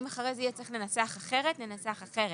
אם אחרי זה יהיה צריך לנסח אחרת ננסח אחרת,